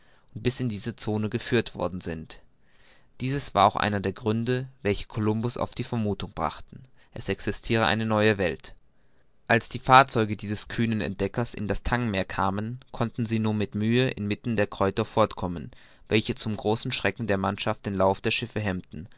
bis in diese zone geführt worden sind dieses war auch einer der gründe welche columbus auf die vermuthung brachten es existire eine neue welt als die fahrzeuge dieses kühnen entdeckers in das tang meer kamen konnten sie nur mit mühe inmitten der kräuter fortkommen welche zum großen schrecken der mannschaft den lauf der schiffe hemmten